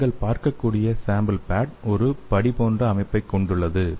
நீங்கள் பார்க்கக்கூடிய sample pad ஒரு படி போன்ற அமைப்பைக் கொண்டுள்ளது